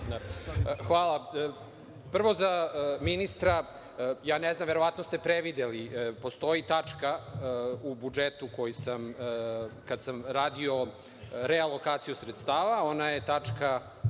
Hvala. Prvo za ministra, ja ne znam, verovatno ste prevideli, postoji tačka u budžetu, kada sam radio relokaciju sredstava, ona je tačka